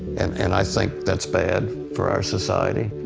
and and i think that's bad for our society.